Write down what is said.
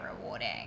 rewarding